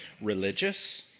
religious